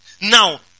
Now